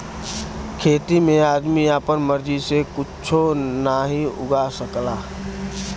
खेती में आदमी आपन मर्जी से कुच्छो नाहीं उगा सकला